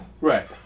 Right